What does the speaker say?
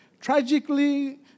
Tragically